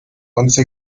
once